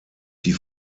die